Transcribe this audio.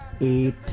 Eight